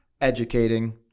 educating